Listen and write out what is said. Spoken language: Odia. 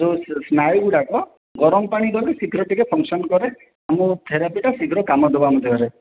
ଯେଉଁ ସ୍ନାୟୁ ଗୁଡ଼ାକ ଗରମ ପାଣି ଦ୍ୱାରା ଶୀଘ୍ର ଟିକିଏ ଫକ୍ସନ କରେ ଆମ ଥେରାପିଟା ଶୀଘ୍ର କାମ ଦେବ ଆମ ଦେହରେ